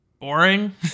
boring